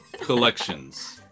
collections